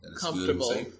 comfortable